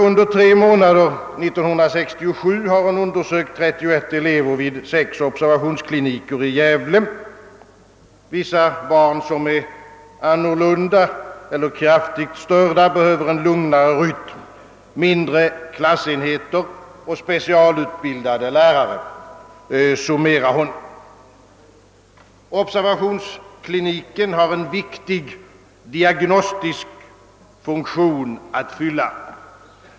Under tre månader 1967 har hon undersökt 31 elever vid sex observationskliniker i Gävle. Vissa barn, som är annorlunda eller kraftigt störda, behöver en lugnare rytm, mindre klassenheter och specialutbildade lärare, summerar hon. Observationskliniken har en viktig diagnostisk funktion att fylla.